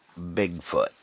Bigfoot